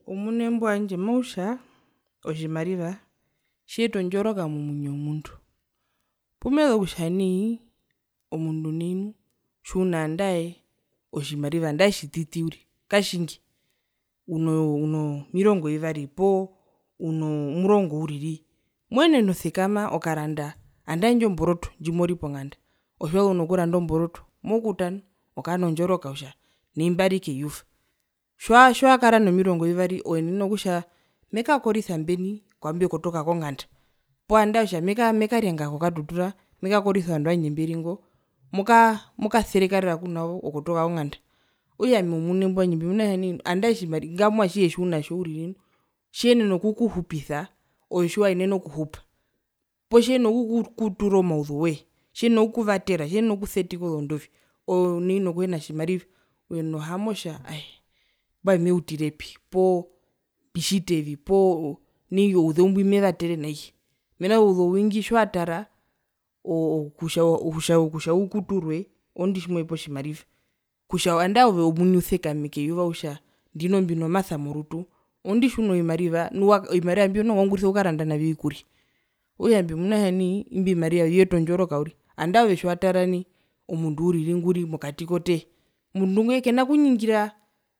Oumune imbo wandje mautja otjimariva tjiyeta ondjoroka momwinyo womundu pumezu kutja nai omundu nai nu tjiuna nandae otjimariva nandae otjititi uriri katjingi uno uno mirongo vivari poo uno murongo uriri moenene osekama okaranda andae indjo mboroto ndjimori ponganda ove tjiwazu nokuranda omboroto mokuta nu okaa nondjoroka kutja nai mbari keyuva tjiwakaa nomirongo vivari oenene kutja mekakorisa mbeni kwaambo ekotoka konganda poo andae meka mekarianga ko katutura mekakorisa ovandu vandje mberi ngo mokaa mokaserekarera kunavo okotoka konganda okutja ami oumune imbo wanjde mbimuna kutja nai andae otjimariva ngamwa atjihe tjiunatjo uriri tjiyenena okukuhupisa ove tjiwaenene okuhupa poo tjiyenena oku okutura omauzeu woye tjiyenena okukuvatera tjiyenena okusetika ozondovi ove nai nokuhena otjimariva uyenena ohaama otja aee mbwae meutirepi poo mbitjitevi poo nai ouzeu mbwi mevatere naiye mena rokutja ouzeu owingi tjiwatara oo oo kutja kutja ukuturwe orondi tjimohepa otjimariva kutja andae ove omuni usekame keyuva utje ndino mbino masa morutu orondu tjiuno vimariva nuovimariva mbio noho wa waungurisa okukaranda navyo vikurya okutja mbimuna kutja nai imbio vimariva viyeta ondjoroka uriri, andae ove tjiwatara nai omundu uriri nguri mokati koteya omundu ngo ee kenakuningira